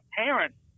parents